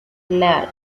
claire